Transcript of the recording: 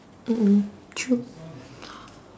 mm mm true